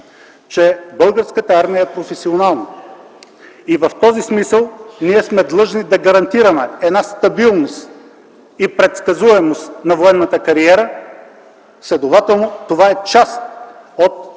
че Българската армия е професионална и в този смисъл сме длъжни да гарантираме стабилност и предсказуемост на военната кариера. Следователно това е част от